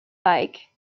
bike